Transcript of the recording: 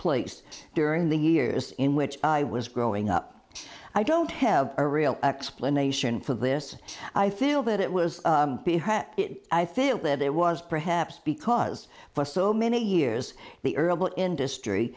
place during the years in which i was growing up i don't have a real explanation for this i feel that it was i think that it was perhaps because for so many years the herbal industry